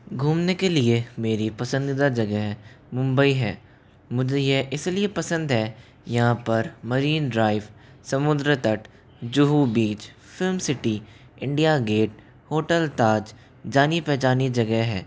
घूमने के लिए मेरी पसंदीदा जगह मुंबई है मुझे यह इसलिए पसंद है यहाँ पर मरीन ड्राइव समुद्र तट Juhu beach Film City India Gate hotel Taj जानी पहचानी जगह है